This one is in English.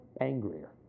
angrier